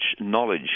knowledge